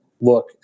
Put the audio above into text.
look